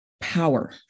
power